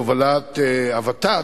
אלה תוכניות כלל-ממשלתיות בהובלת הוות"ת,